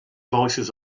voices